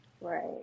Right